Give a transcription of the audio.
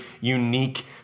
unique